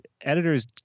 editors